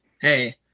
Hey